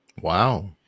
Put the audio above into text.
Wow